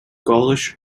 gaulish